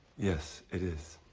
yes, it is.